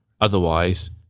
otherwise